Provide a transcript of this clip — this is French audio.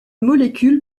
molécule